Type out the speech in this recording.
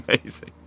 amazing